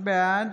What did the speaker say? בעד